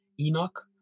Enoch